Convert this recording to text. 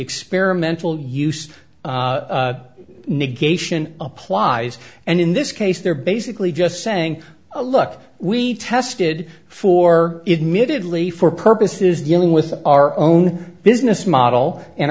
experimental use negation applies and in this case they're basically just saying look we tested for it minutely for purposes dealing with our own business model and